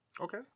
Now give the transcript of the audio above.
Okay